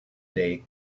they